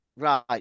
Right